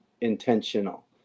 intentional